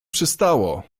przystało